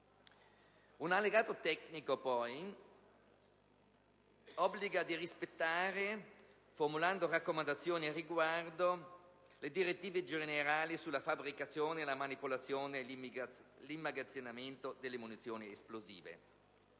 Un allegato tecnico, poi, obbliga a rispettare, formulando raccomandazioni al riguardo, le direttive generali sulla fabbricazione, la manipolazione e l'immagazzinamento delle munizione esplosive.